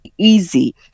easy